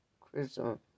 crimson